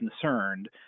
concerned